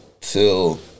till